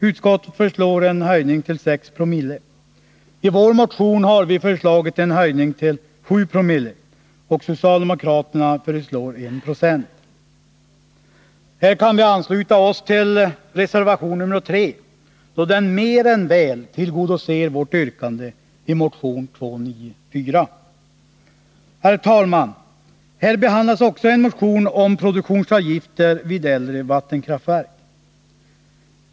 Utskottet föreslår en höjning till 6 Ko, i vår motion har vi föreslagit en höjning till 7 Zoo, och socialdemokraterna föreslår 1 20. Här kan vi ansluta oss till reservation 3, då den mer än väl tillgodoser vårt yrkande i motion 294. Herr talman! Här behandlas också en motion om produktionsavgifter vid äldre vattenkraftverk.